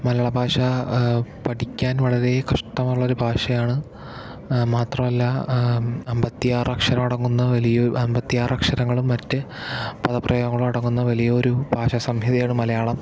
മലയാള ഭാഷ പഠിക്കാൻ വളരെ കഷ്ടമുള്ളൊരു ഭാഷയാണ് മാത്രമല്ല അമ്പത്തിയാറ് അക്ഷരമടങ്ങുന്ന വലിയ അമ്പത്തിയാറ് അക്ഷരങ്ങളും മറ്റ് പ്രയോഗങ്ങളും അടങ്ങുന്ന വലിയൊരു ഭാഷ സംഹിതയാണ് മലയാളം